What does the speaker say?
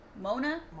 Mona